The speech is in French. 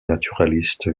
naturaliste